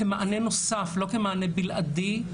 כמענה נוסף ולא כמענה בלעדי,